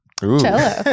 Cello